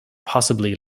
possibly